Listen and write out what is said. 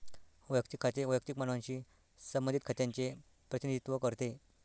वैयक्तिक खाते वैयक्तिक मानवांशी संबंधित खात्यांचे प्रतिनिधित्व करते